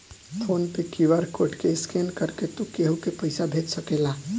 phone पे QR code के scan करके तू केहू के पईसा भेज सकेला